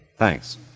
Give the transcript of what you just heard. Thanks